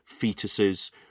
fetuses